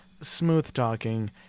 smooth-talking